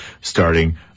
starting